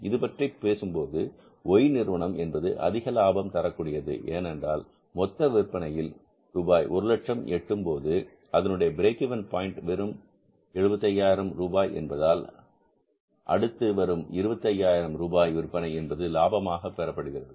இதைப்பற்றி பேசும்போது Y நிறுவனம் என்பது அதிக லாபத்தை தரக்கூடியது ஏனென்றால் மொத்த விற்பனையில் ரூபாய் 100000 எட்டும் போது அதனுடைய பிரேக் இவென் பாயின்ட் என்பது வெறும் 75 ஆயிரம் ரூபாய் என்பதால் அடுத்து வரும் 25 ஆயிரம் ரூபாய் விற்பனை என்பது லாபமாக பெறப்படுகிறது